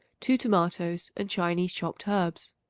two tomatoes and chinese chopped herbs.